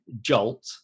Jolt